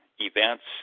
events